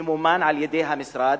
וממומן על-ידי המשרד,